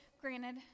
granted